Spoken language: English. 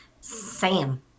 Sam